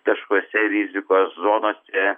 taškuose rizikos zonose